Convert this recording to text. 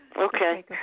Okay